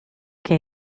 che